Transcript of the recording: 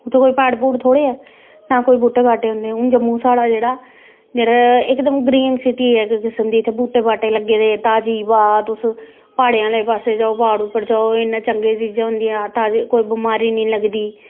उत्थें कोई प्हाड़ प्हूड़े थोह्ड़े ऐ नां कोई बूह्टे बाह्टे होंदे हून जम्मू साढ़ा जेह्ड़ा इकदम ग्रीन सिटी ऐ इक किसम दी इत्थें बूह्टे बाह्टे लग्गे दे ताजी हवा तुस प्हाड़ें आह्ले पास्सै जाओ प्हाड़ पर जाओ इन्नी चंगी चीजां होंदियां ताजी कोई बमारी निं लगदी